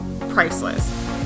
priceless